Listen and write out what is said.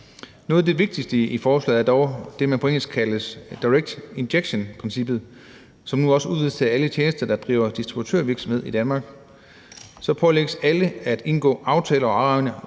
Noget af det vigtigste i forslaget er dog det princip, der på engelsk kaldes direct injection, og som nu også udvides til alle tjenester, der driver distributørvirksomhed i Danmark. Så pålægges alle at indgå aftaler og afregne